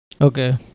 okay